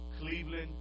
Cleveland